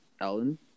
ellen